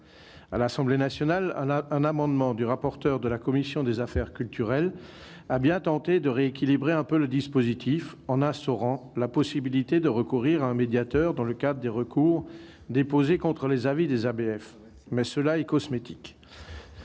À l'Assemblée nationale, le rapporteur de la commission des affaires culturelles a bien tenté de rééquilibrer un peu le dispositif par amendement, en instaurant la possibilité de recourir à un médiateur dans le cas des recours déposés contre les avis des ABF. Mais c'est cosmétique